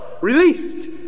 Released